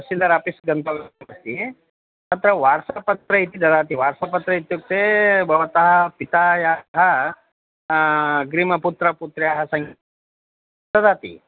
तहशील्दार् office गन्तव्यमस्ति तत्र WhatsApp पत्रे इति ददाति वाट्सप् पत्रे इत्युक्ते भवतः पितायाः अग्रिमपुत्रः पुत्र्याः सः ददाति